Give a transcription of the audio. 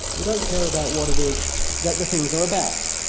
we don't care about what it is that the things are about.